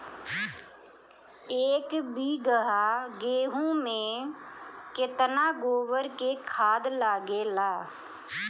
एक बीगहा गेहूं में केतना गोबर के खाद लागेला?